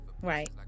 Right